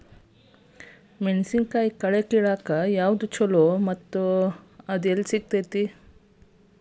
ಮೆಣಸಿನಕಾಯಿ ಕಳೆ ಕಿಳಾಕ್ ಯಾವ್ದು ಛಲೋ ಮತ್ತು ಅದು ಎಲ್ಲಿ ಸಿಗತೇತಿ?